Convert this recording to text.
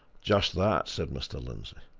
just that, said mr. lindsey.